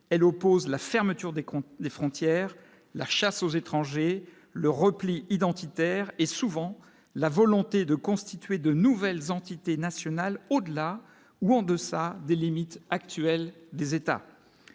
elle oppose la fermeture des comptes des frontières, la chasse aux étrangers le repli identitaire et souvent la volonté de constituer de nouvelles entités nationales au-delà ou en deçà des limites actuelles des États,